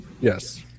Yes